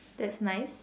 that's nice